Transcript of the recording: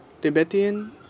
Tibetan